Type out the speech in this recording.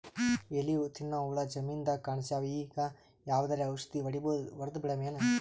ಎಲಿ ತಿನ್ನ ಹುಳ ಜಮೀನದಾಗ ಕಾಣಸ್ಯಾವ, ಈಗ ಯಾವದರೆ ಔಷಧಿ ಹೋಡದಬಿಡಮೇನ?